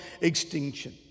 extinction